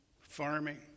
Farming